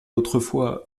autrefois